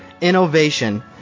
innovation